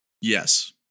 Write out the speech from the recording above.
Yes